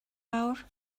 awr